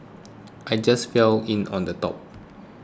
I just fell in on the top